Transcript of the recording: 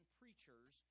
preachers